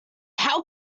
how